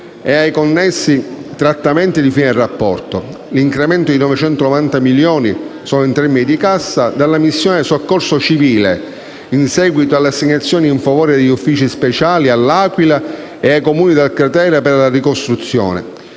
e ai connessi trattamenti di fine rapporto; l'incremento di 990 milioni (solo in termini di cassa) della missione Soccorso civile in seguito alle assegnazioni in favore degli uffici speciali a L'Aquila e ai Comuni del cratere per la ricostruzione;